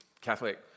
Catholic